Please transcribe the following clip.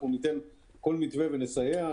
אנחנו ניתן כל מתווה ונסייע.